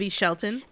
Shelton